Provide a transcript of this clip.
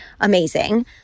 amazing